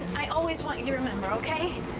i always want you to remember, okay?